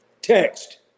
text